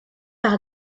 par